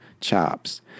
chops